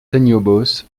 seignobos